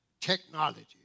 technology